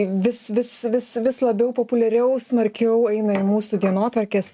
vis vis vis vis labiau populiariau smarkiau eina į mūsų dienotvarkes